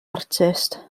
artist